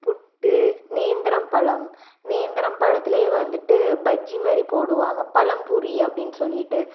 புட்டு நேந்திரம் பழம் நேந்திரம் பழத்துலையே வந்துவிட்டு பஜ்ஜி மாதிரி போடுவாங்க பழம்புரி அப்படின்னு சொல்லிவிட்டு